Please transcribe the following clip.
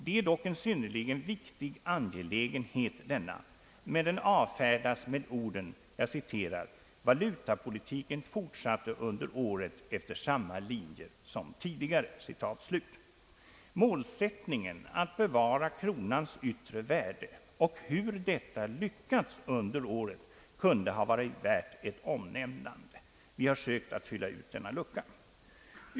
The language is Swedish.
Det är dock en synnerligen viktig angelägenhet, men den avfärdas med orden: »Valutapolitiken fortsatte under året efter samma linjer som tidigare.» Målsättningen att bevara kronans yttre värde och hur detta lyckats under året kunde ha varit värt ett omnämnande. Vi har försökt fylla ut denna lucka.